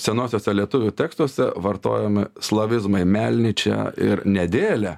senuosiuose lietuvių tekstuose vartojami slavizmai melničia ir nedėlia